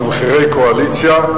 מחירי קואליציה,